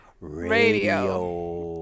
radio